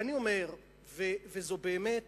זה באמת